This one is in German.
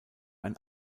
ein